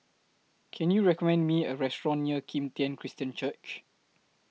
Can YOU recommend Me A Restaurant near Kim Tian Christian Church